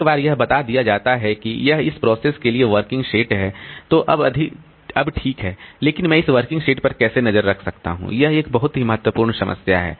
एक बार यह बता दिया जाता है कि यह इस प्रोसेस के लिए वर्किंग सेट है जो अब ठीक है लेकिन मैं इस वर्किंग सेट पर कैसे नज़र रख सकता हूं यह एक बहुत ही महत्वपूर्ण समस्या है